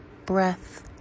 Breath